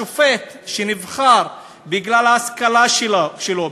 השופט שנבחר בגלל ההשכלה שלו,